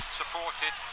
supported